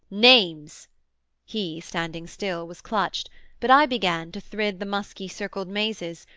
names he, standing still, was clutched but i began to thrid the musky-circled mazes,